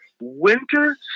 Winter